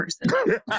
person